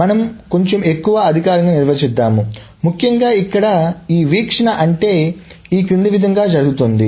మనము కొంచెం ఎక్కువ అధికారికంగా నిర్వచిద్ధాము ముఖ్యంగా ఇక్కడ ఈ వీక్షణ అంటే ఈ క్రింది విధంగా జరుగుతుంది